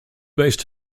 based